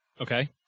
okay